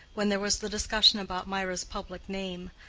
when there was the discussion about mirah's public name.